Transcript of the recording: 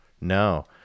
No